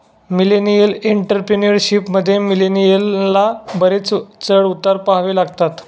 millennial entrepreneurship मध्ये, मिलेनियलना बरेच चढ उतार पहावे लागतात